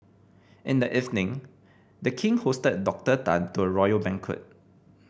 in the evening The King hosted Doctor Tan to a royal banquet